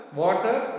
water